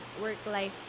work-life